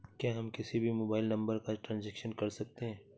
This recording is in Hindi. क्या हम किसी भी मोबाइल नंबर का ट्रांजेक्शन कर सकते हैं?